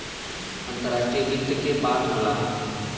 अंतराष्ट्रीय वित्त के बात होला